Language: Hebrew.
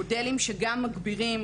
מודלים שגם מגבירים,